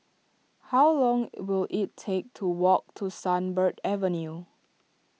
how long will it take to walk to Sunbird Avenue